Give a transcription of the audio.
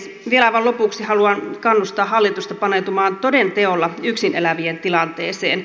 vielä aivan lopuksi haluan kannustaa hallitusta paneutumaan toden teolla yksin elävien tilanteeseen